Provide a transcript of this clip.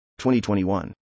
2021